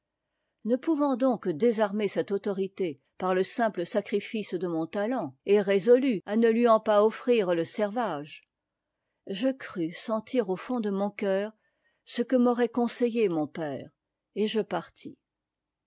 ne pouvant donc désarmer cette autorité par le simple sacrifice de mon talent et résolue à ne lui en pas offrir le servage je crus sentir au fond de mon cœur ce que n'aurait conseillé mon père et je partis